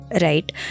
right